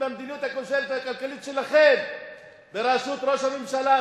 במדיניות הכושלת הכלכלית שלכם בראשות ראש הממשלה,